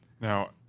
Now